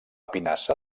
pinassa